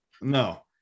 No